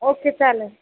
okay चालेल